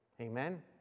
Amen